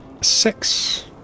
Six